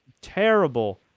terrible